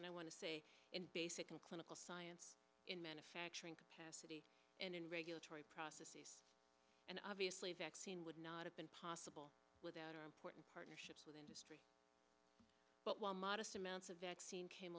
and i want to say in basic and clinical science in manufacturing capacity and in regulatory processes and obviously vaccine would not have been possible without our important partnerships with industry but while modest amounts of vaccine came